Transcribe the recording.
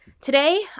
Today